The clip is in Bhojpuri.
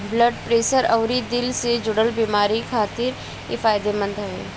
ब्लड प्रेशर अउरी दिल से जुड़ल बेमारी खातिर इ फायदेमंद हवे